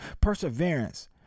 perseverance